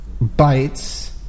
bites